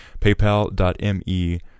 PayPal.me